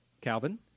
Calvin